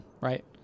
Right